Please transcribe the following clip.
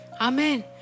Amen